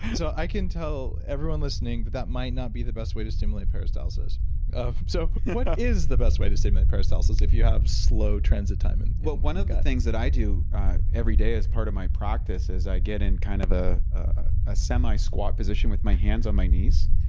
and so, i can tell everyone listening that that might not be the best way to stimulate peristalsis so, what is the best way to stimulate peristalsis if you have slow transit timing? well, but one of the things that i do every day as part of my practice is i get in kind of ah a semi squat position with my hands on my knees,